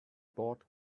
bought